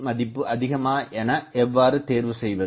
மதிப்பு அதிகமா என எவ்வாறு தேர்வு செய்வது